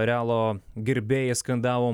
realo gerbėjas skandavo